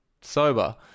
sober